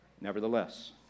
Nevertheless